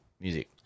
music